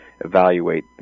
evaluate